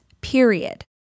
period